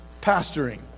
pastoring